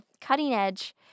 cutting-edge